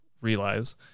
realize